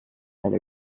other